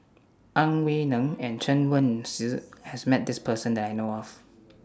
Ang Wei Neng and Chen Wen Hsi has Met This Person that I know of